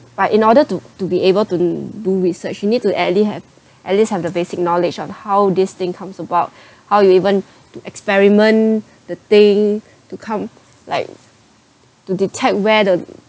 but in order to to be able to do research you need to at least have at least have the basic knowledge on how this thing comes about how you even to experiment the thing to come like to detect where the